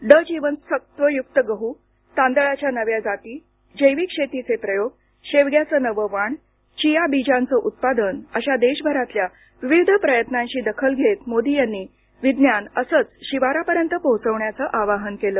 ड जीवनसत्वयुक्त गहू तांदळाच्या नव्या जाती जैविक शेतीचे प्रयोग शेवग्याचं नवं वाण चिया बीजांचं उत्पादन अशा देशभरातल्या विविध प्रयत्नांची दखल घेत मोदी यांनी विज्ञान असंच शिवारापर्यंत पोहोचवण्याचं आवाहन केलं